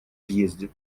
въезде